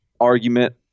argument